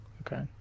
okay